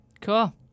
Cool